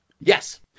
Yes